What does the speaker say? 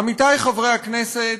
עמיתי חברי הכנסת,